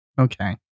okay